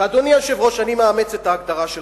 אדוני היושב-ראש, אני מאמץ את ההגדרה שלך: